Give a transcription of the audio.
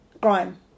grime